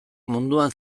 munduan